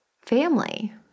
family